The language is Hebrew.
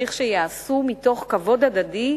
צריך שייעשו מתוך כבוד הדדי,